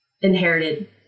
inherited